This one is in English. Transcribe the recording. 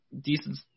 decent